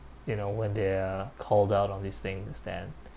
you know when they're called out of these things then